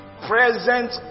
present